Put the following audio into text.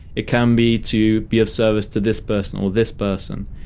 it can be to be of service to this person or this person.